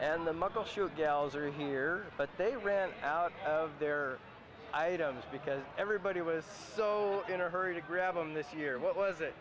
are here but they ran out of their items because everybody was so in a hurry to grab them this year what was